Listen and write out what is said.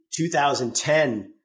2010